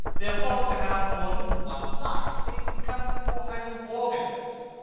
they are forced to have more than one life. they become more highly organized,